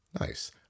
Nice